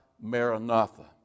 Maranatha